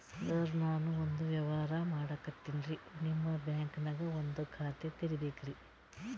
ಸರ ನಾನು ಒಂದು ವ್ಯವಹಾರ ಮಾಡಕತಿನ್ರಿ, ನಿಮ್ ಬ್ಯಾಂಕನಗ ಒಂದು ಖಾತ ತೆರಿಬೇಕ್ರಿ?